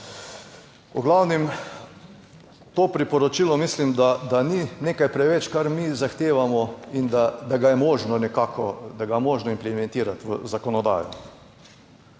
V glavnem to priporočilo mislim, da ni nekaj preveč kar mi zahtevamo, in da ga je možno nekako, da ga je možno implementirati v zakonodajo.